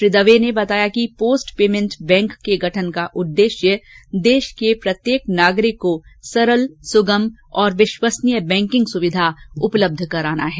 उन्होंने बताया कि पोस्ट पेमेंट बैंक के गठन का उद्देश्य देश के प्रत्येक नागरिक को सरल सुगम और विश्वसनीय बैंकिंग सुविधा उपलब्ध कराना है